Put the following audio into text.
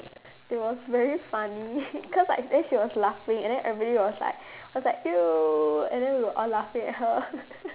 it was very funny cause like then she was laughing and then everybody was like was like !eww! and then we were all laughing at her